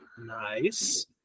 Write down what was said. Nice